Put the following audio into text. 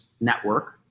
Network